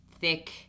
thick